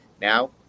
Now